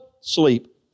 sleep